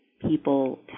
people